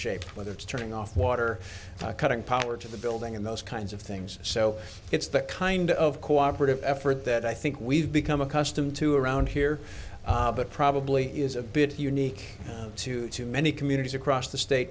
shape whether it's turning off water cutting power to the building and those kinds of things so it's the kind of cooperative effort that i think we've become accustomed to around here but probably is a bit unique to too many communities across the state